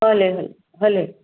हले हले हले